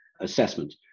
assessment